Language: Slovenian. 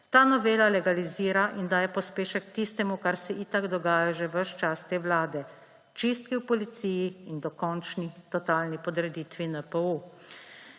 Ta novela legalizira in daje pospešek tistemu, kar se itak dogaja že ves čas te vlade – čistke v policiji in dokončni totalni podreditvi NPU.